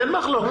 אין מחלוקת.